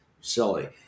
silly